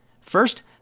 First